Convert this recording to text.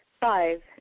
Five